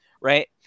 Right